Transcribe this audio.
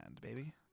baby